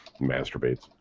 Masturbates